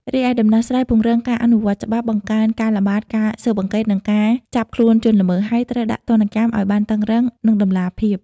រីឯដំណោះស្រាយពង្រឹងការអនុវត្តច្បាប់ បង្កើនការល្បាត ការស៊ើបអង្កេត និងការចាប់ខ្លួនជនល្មើស ហើយត្រូវដាក់ទោសទណ្ឌឱ្យបានតឹងរ៉ឹង និងតម្លាភាព។